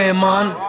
Man